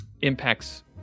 impacts